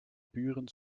buren